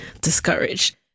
discouraged